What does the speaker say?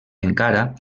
encara